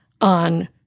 on